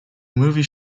movie